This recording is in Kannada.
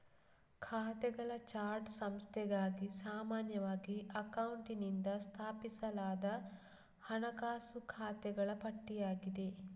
ಖಾತೆಗಳ ಚಾರ್ಟ್ ಸಂಸ್ಥೆಗಾಗಿ ಸಾಮಾನ್ಯವಾಗಿ ಅಕೌಂಟೆಂಟಿನಿಂದ ಸ್ಥಾಪಿಸಲಾದ ಹಣಕಾಸು ಖಾತೆಗಳ ಪಟ್ಟಿಯಾಗಿದೆ